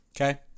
Okay